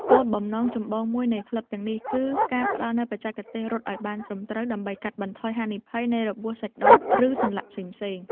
គោលបំណងចម្បងមួយនៃក្លឹបទាំងនេះ គឺការផ្តល់នូវបច្ចេកទេសរត់ឱ្យបានត្រឹមត្រូវ ដើម្បីកាត់បន្ថយហានិភ័យនៃរបួសសាច់ដុំ ឬសន្លាក់ផ្សេងៗ។